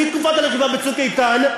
בשיא תקופת הלחימה ב"צוק איתן",